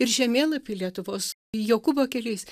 ir žemėlapį lietuvos jokūbo keliais